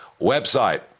website